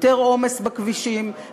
יותר עומס בכבישים,